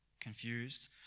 confused